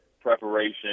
preparation